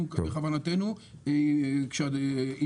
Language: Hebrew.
אם